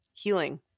Healing